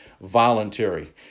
voluntary